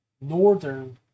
northern